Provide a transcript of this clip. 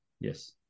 Yes